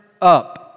up